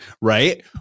right